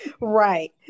right